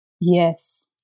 Yes